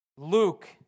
Luke